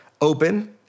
open